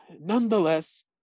nonetheless